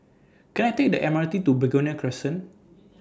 Can I Take The M R T to Begonia Crescent